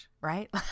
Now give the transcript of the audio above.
right